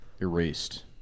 erased